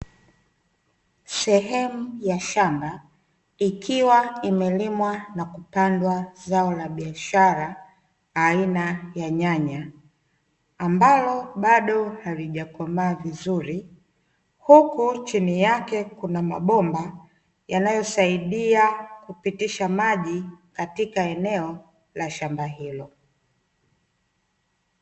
Sehemu ya shamba, ikiwa imelimwa na kupandwa zao la biashara aina ya nyanya, ambalo bado halijakomaa vizuri, huku chini yake kuna mbabomba yanayosaidia kupitisha maji katika eneo la shamba hilo.